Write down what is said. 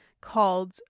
called